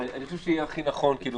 יעקב, אני חושב שיהיה הכי נכון איל,